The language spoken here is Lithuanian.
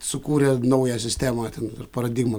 sukūrė naują sistemą ten ir paradigmą